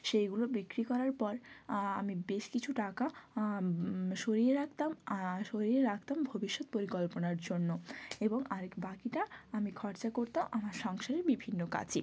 সেইগুলো বিক্রি করার পর আমি বেশ কিছু টাকা সরিয়ে রাখতাম আআ সরিয়ে রাখতাম ভবিষ্যত পরিকল্পনার জন্য এবং আরেক বাকিটা আমি খরচা করতাম আমার সংসারের বিভিন্ন কাজে